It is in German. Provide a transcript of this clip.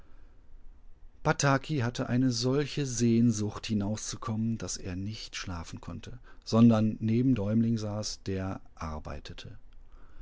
hatte eine solche sehnsucht hinauszukommen daß er nicht schlafen konnte sondern neben däumeling saß der arbeitete